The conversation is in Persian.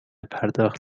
پرداخت